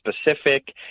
specific